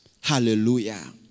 Hallelujah